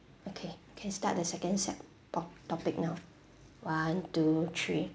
okay can start the second set top~ topic now one two three